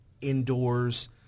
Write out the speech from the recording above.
Indoors